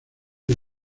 les